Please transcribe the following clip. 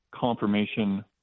confirmation